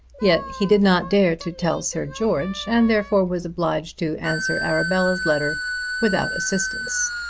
yet he did not dare to tell sir george, and therefore was obliged to answer arabella's letter without assistance.